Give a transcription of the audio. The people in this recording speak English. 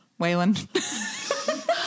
Waylon